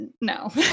no